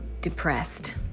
depressed